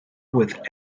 with